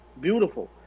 Beautiful